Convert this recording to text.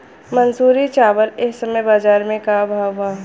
मंसूरी चावल एह समय बजार में का भाव बा?